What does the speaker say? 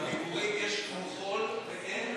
דיבורים יש כמו חול ואין